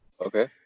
Okay